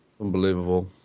Unbelievable